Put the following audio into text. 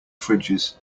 fridges